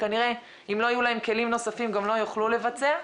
וכנראה שאם לא היו להן כלים נוספים הן גם לא יוכלו לבצע.